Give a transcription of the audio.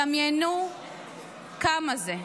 דמיינו כמה זה.